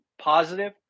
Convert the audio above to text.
positive